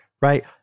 right